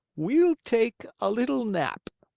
we'll take a little nap.